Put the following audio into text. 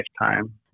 lifetime